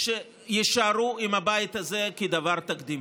שיישארו עם הבית הזה כדבר תקדימי.